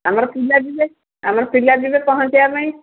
ଆମର ପିଲା ଯିବେ ଆମର ପିଲା ଯିବେ ପହଞ୍ଚେଇିବା ପାଇଁ